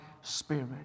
spirit